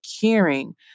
caring